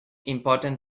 important